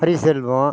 Hariselvam